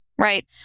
right